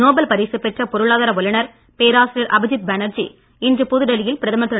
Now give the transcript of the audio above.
Nobel பரிசு பெற்ற பொருளாதார வல்லுநர் பேராசிரியர் அபிஜித் பேனர்ஜி இன்று புதுடெல்லியில் பிரதமர் திரு